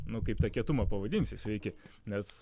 nu kaip tą kietumą pavadinsi sveiki nes